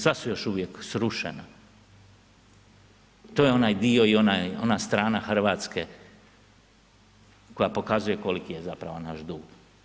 Sad su još uvijek srušena, to je onaj dio i ona strana Hrvatske koja pokazuje koliki je zapravo naš dug.